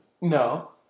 no